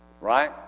right